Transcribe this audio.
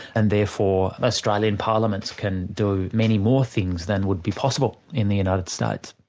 and therefore australian parliaments can do many more things than would be possible in the united states.